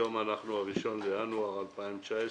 היום ה-1 בינואר 2019,